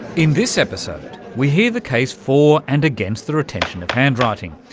in this episode, we hear the case for and against the retention of handwriting.